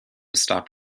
stop